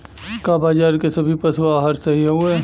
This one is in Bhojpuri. का बाजार क सभी पशु आहार सही हवें?